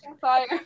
fire